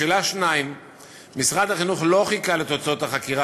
2. משרד החינוך לא חיכה לתוצאות החקירה